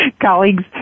Colleagues